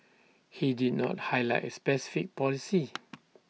he did not highlight A specific policy